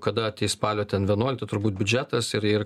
kada ateis spalio ten vienuolikta turbūt biudžetas ir ir